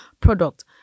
product